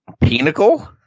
Pinnacle